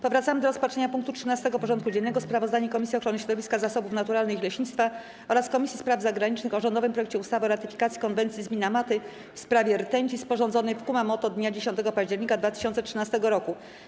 Powracamy do rozpatrzenia punktu 13. porządku dziennego: Sprawozdanie Komisji Ochrony Środowiska, Zasobów Naturalnych i Leśnictwa oraz Komisji Spraw Zagranicznych o rządowym projekcie ustawy o ratyfikacji Konwencji z Minamaty w sprawie rtęci, sporządzonej w Kumamoto dnia 10 października 2013 roku.